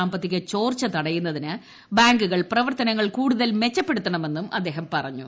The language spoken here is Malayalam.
സാമ്പത്തിക ചോർച്ച തടയുന്നതിന് ബാങ്കുകൾ പ്രവർത്തനങ്ങൾ കൂടുതൽ മെച്ചപ്പെടുത്തണമെന്നും അദ്ദേഹം പറഞ്ഞു